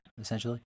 essentially